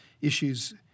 issues